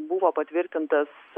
buvo patvirtintas